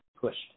pushed